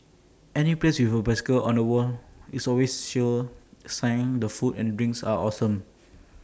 any place with A bicycle on the wall is always A sure sign the food and drinks are awesome